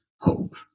hope